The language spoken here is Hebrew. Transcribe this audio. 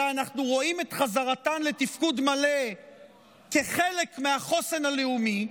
אלא אנחנו רואים את חזרתן לתפקוד מלא כחלק מהחוסן הלאומי,